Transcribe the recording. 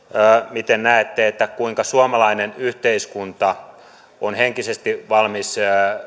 miten näette kuinka suomalainen yhteiskunta on henkisesti valmis